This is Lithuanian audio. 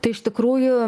tai iš tikrųjų